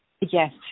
Yes